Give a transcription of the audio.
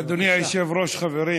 אדוני היושב-ראש, חברים,